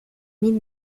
mille